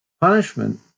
Punishment